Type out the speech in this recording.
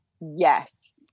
yes